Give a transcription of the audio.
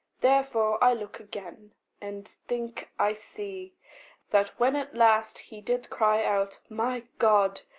therefore i look again and think i see that, when at last he did cry out, my god,